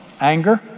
Anger